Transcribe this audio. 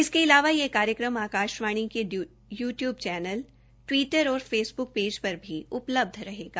इसके अलावा यह कार्यक्रम आकाशवाणी के यू टयूब चैनल टवीटर और फेसब्क पेज़ पर भी उपलबध रहेगा